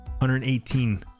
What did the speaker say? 118